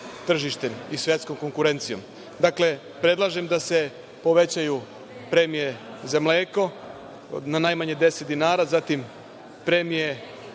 i svetskom konkurencijom. Dakle, predlažem da se povećaju premije za mleko na najmanje 10 dinara, zatim premije